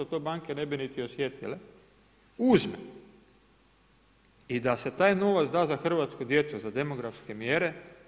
To banke ne bi niti osjetile uzme i da se taj novac da za hrvatsku djecu, za demografske mjere.